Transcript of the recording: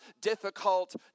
difficult